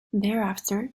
thereafter